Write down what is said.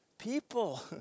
people